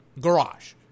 garage